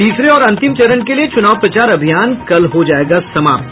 तीसरे और अंतिम चरण के लिये चुनाव प्रचार अभियान कल हो जायेगा समाप्त